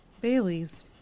Bailey's